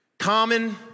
common